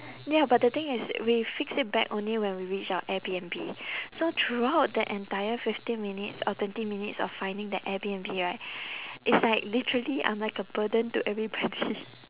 ya but the thing is we fix it back only when we reach our airbnb so throughout the entire fifteen minutes or twenty minutes of finding the airbnb right is like literally I'm like a burden to everybody